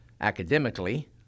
academically